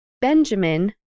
Benjamin